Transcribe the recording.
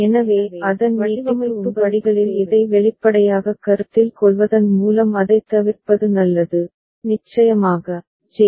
எனவே வடிவமைப்பு படிகளில் இதை வெளிப்படையாகக் கருத்தில் கொள்வதன் மூலம் அதைத் தவிர்ப்பது நல்லது நிச்சயமாக ஜே